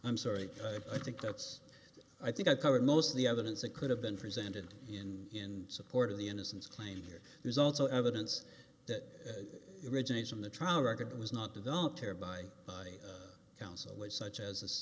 i'm sorry i think that's i think i've covered most of the evidence that could have been presented in support of the innocence claim here there's also evidence that originates from the trial record that was not developed here by counsel would such as